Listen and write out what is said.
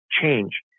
change